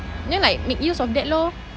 then like make use of that lor